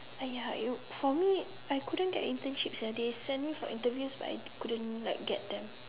!aiya! for me I couldn't get internships eh they send me for interviews but I couldn't like get them